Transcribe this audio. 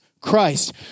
Christ